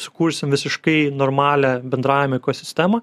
sukursim visiškai normalią bendramiko sistemą